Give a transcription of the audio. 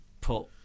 put